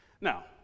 Now